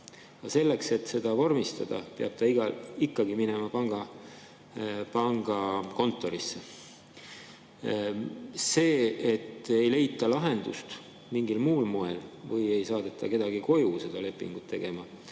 selleks, et seda vormistada, peab ta ikkagi minema pangakontorisse. See, et ei leita lahendust mingil muul moel või ei saadeta kedagi koju seda lepingut tegema,